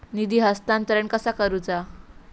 निधी हस्तांतरण कसा करुचा?